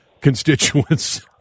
constituents